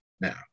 now